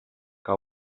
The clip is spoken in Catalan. que